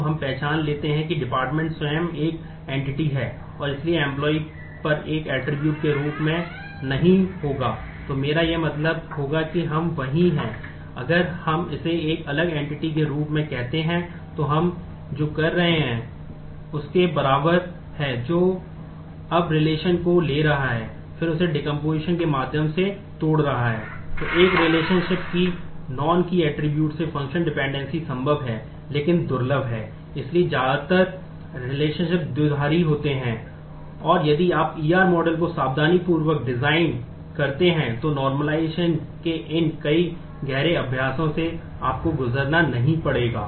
तो एक रिलेशनशिप के इन कई गहरे अभ्यासों से आपको गुजरना नहीं पड़ेगा